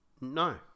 No